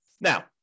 Now